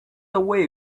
away